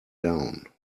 down